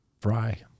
Fry